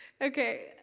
Okay